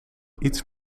iets